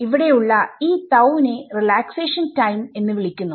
ഇവിടെ ഉള്ള ഈ തൌ നെ റിലാക്സേഷൻ ടൈംഎന്ന് വിളിക്കുന്നു